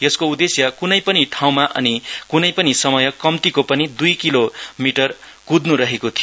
यसको उद्देश्य कुनै पनि ठाउँमा अनि कुनै पनि समय कम्तिको पनि दुई किलो मिटर कुद्नु रहेको थियो